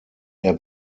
der